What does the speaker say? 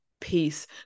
peace